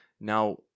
Now